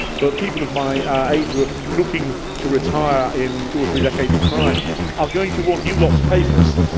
but people of my age who are ah looking to retire in two or three decades time are going to want you lot to pay for us,